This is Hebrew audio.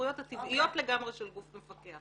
מהסמכויות הטבעיות לגמרי של גוף מפקח.